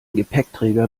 gepäckträger